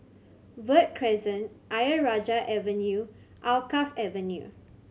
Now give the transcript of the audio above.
Verde Crescent Ayer Rajah Avenue Alkaff Avenue